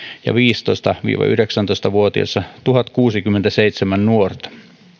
ja viisitoista viiva yhdeksäntoista vuotiaissa tuhatkuusikymmentäseitsemän nuorta